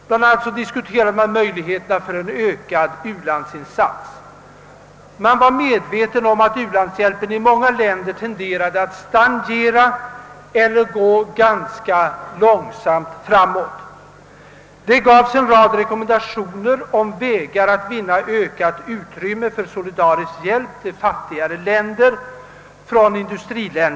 Vid konferensen diskuterade man bland annat möjligheterna till en ökning av u-landsinsatserna. Man var medveten om att u-landshjälpen i många länder tenderade att stagnera eller gå ganska långsamt framåt. Man antog en rad rekommendationer beträffande de vägar, på vilka industriländerna kunde vinna utrymme för en solidarisk hjälp till fattigare länder.